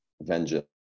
vengeance